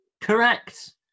Correct